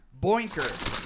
Boinker